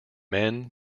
men